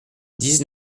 dix